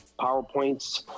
PowerPoints